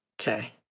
okay